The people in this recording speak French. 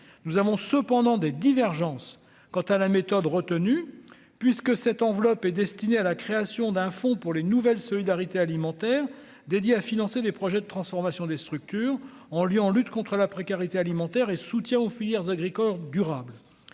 nous avons cependant des divergences quant à la méthode retenue puisque cette enveloppe est destinée à la création d'un fonds pour les nouvelles solidarités alimentaire dédié à financer des projets de transformation des structures en lieu, en lutte contre la précarité alimentaire et soutien aux filières agricoles durables,